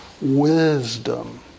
Wisdom